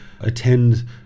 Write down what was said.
attend